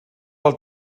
del